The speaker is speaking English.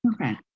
Okay